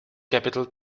capital